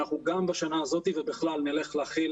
אנחנו גם בשנה הזאת ובכלל נלך להכיל